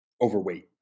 overweight